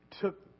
took